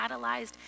catalyzed